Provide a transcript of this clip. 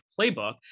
Playbook